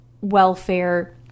welfare